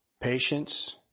patience